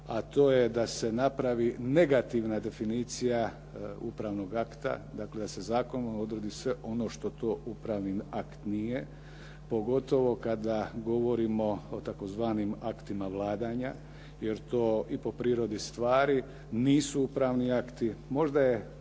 a to je da se napravi negativna definicija upravnog akta, dakle da se zakonom odredi sve ono što to upravni akt nije. Pogotovo kada govorimo o tzv. aktima vladanja jer to i po prirodi stvari nisu upravni akti. Možda je